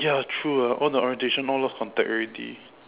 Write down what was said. ya true lah all the orientation all lost contact already